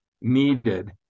needed